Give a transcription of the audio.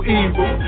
evil